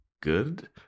good